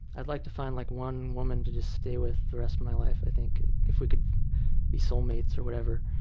i'd like to find like one woman to just stay with for the rest of my life, i think. if we could be soulmates or whatever.